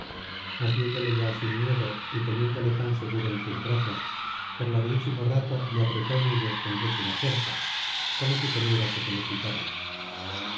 mas viéndole ya sin miedo y teniéndole tan seguro en sus brazos por larguísimo rato le apretó en ellos con rígida fuerza como si temiera que se le quitaran